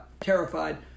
terrified